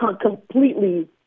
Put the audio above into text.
completely